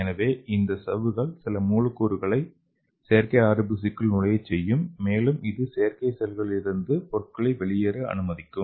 எனவே இந்த சவ்வுகள் சில மூலக்கூறுகளை செயற்கை ஆர்பிசிக்குள் நுழையச் செய்யும் மேலும் இது செயற்கை செல்களிலிருந்து பொருட்கள் வெளியேற அனுமதிக்கும்